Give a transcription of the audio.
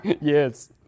Yes